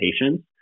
patients